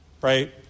right